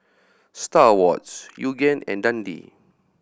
Star Awards Yoogane and Dundee